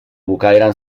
bukaeran